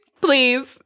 please